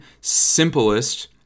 simplest